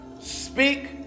Speak